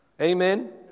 Amen